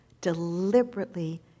deliberately